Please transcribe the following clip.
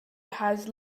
has